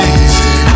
easy